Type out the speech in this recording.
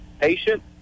patient